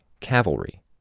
cavalry